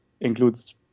includes